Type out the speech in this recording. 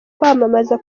kwamamaza